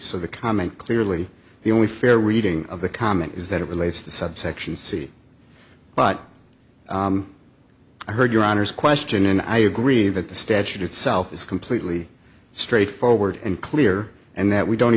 so the comment clearly the only fair reading of the comment is that it relates to the subsection c but i heard your honor's question and i agree that the statute itself is completely straightforward and clear and that we don't